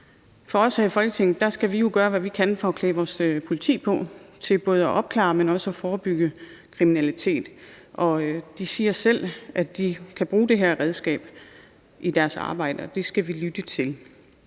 Vi her i Folketinget skal gøre, hvad vi kan, for at klæde vores politi på til både at opklare, men også at forebygge kriminalitet. De siger selv, at de kan bruge det her redskab i deres arbejde, og det skal vi lytte til.